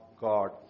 God